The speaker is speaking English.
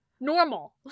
normal